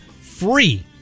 free